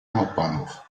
hauptbahnhof